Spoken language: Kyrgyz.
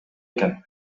экен